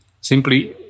Simply